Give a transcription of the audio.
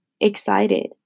excited